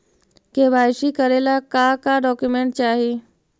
KYC करे ला का का डॉक्यूमेंट चाही?